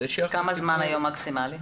מה הזמן המקסימלי היום?